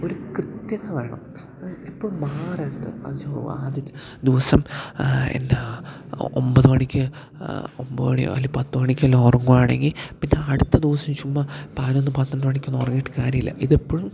ഒരു കൃത്യത വേണം അതായത് എപ്പോഴും മഹാരാജ്യത്ത് ആ ജോ ആദ്യത്തെ ദിവസം എന്നാൽ ഒമ്പത് മണിക്ക് ഒമ്പത് മണിയോ അല്ലേ പത്ത് മണിക്കെല്ലാം ഉറങ്ങുകയാണെങ്കിൽ പിന്നെ അടുത്ത ദിവസം ചുമ്മാ പതിനൊന്നും പന്ത്രണ്ട് മണിക്കൊന്നും ഉറങ്ങിയിട്ട് കാര്യം ഇല്ല ഇത് എപ്പോഴും